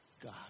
God